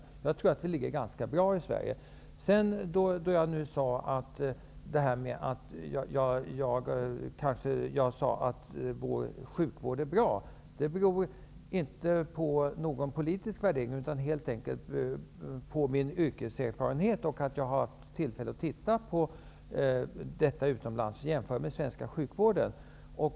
Jag tror att taxan ligger på en ganska bra nivå i Sverige. Jag sade att vår sjukvård är bra. Det grundar sig inte på någon politisk värdering utan helt enkelt på min yrkeserfarenhet. Jag har även haft tillfälle att titta på detta utomlands och jämföra med den svenska sjukvården.